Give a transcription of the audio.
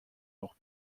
noch